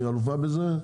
היא אלופה בזה,